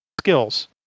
skills